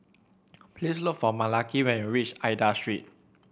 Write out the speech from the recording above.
please look for Malaki when you reach Aida Street